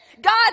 God